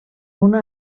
una